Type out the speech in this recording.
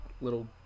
little